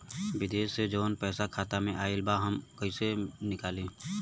विदेश से जवन पैसा खाता में आईल बा हम कईसे निकाली?